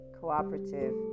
cooperative